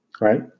Right